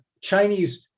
chinese